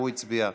הוא הצביע.